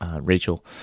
Rachel